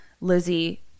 Lizzie